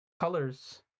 colors